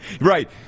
right